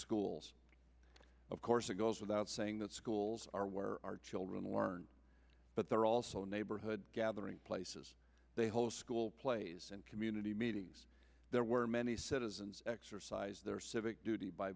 schools of course it goes without saying that schools are where children learn but there are also neighborhood gathering places they host school plays and community meetings there were many citizens exercise their civic duty by